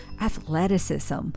athleticism